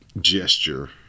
gesture